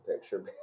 picture